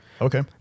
okay